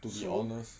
so